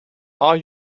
are